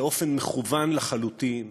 באופן מכוון לחלוטין,